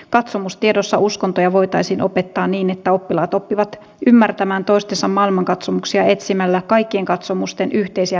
katsomustiedossa uskontoja voitaisiin opettaa niin että oppilaat oppivat ymmärtämään toistensa maailmankatsomuksia etsimällä kaikkien katsomusten yhteisiä piirteitä